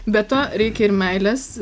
be to reikia ir meilės